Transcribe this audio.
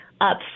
up